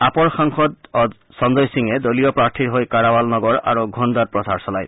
আপৰ সাংসদ সঞ্জয় সিঙে দলীয় প্ৰাৰ্থীৰ হৈ কাৰাৱাল নগৰ আৰু ঘোন্দাত প্ৰচাৰ চলায়